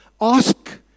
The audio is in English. ask